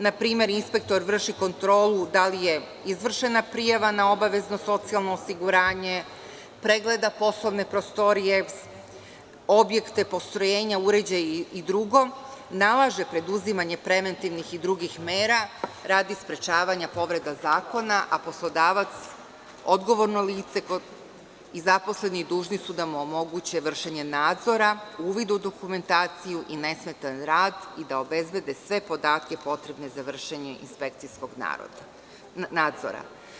Na primer, inspektor vrši kontrolu da li je izvršena prijava na obavezno socijalno osiguranje, pregleda poslovne prostorije, objekte, postrojenja, uređaje, i dr, nalaže preduzimanje preventivnih i drugih mera radi sprečavanja povreda zakona, a poslodavac, odgovorno lice i zaposleni dužni su da mu omoguće vršenje nadzora, uvid u dokumentaciju i nesmetan rad i da obezbede sve podatke potrebne za vršenje inspekcijskog nadzora.